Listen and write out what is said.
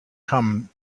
come